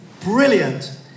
Brilliant